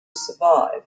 survive